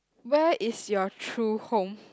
where is your true home